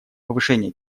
повышение